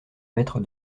maître